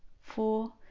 four